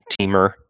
teamer